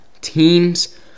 teams